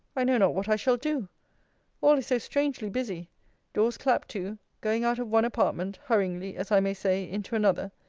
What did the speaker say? i know not what i shall do all is so strangely busy doors clapt to going out of one apartment, hurryingly as i may say, into another.